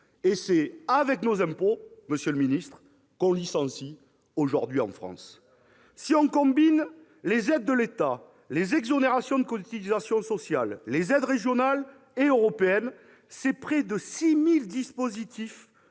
Et c'est avec nos impôts, monsieur le secrétaire d'État, qu'on licencie aujourd'hui en France ! Si on combine les aides de l'État, les exonérations de cotisations sociales, les aides régionales et européennes, on se retrouve avec près de 6 000 dispositifs,